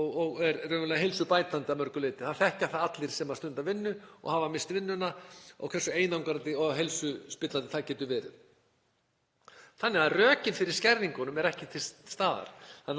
og er raunverulega heilsubætandi að mörgu leyti. Það þekkja það allir sem stunda vinnu og hafa misst vinnuna hversu einangrandi og heilsuspillandi það getur verið, þannig að rökin fyrir skerðingunum eru ekki til staðar.